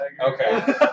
Okay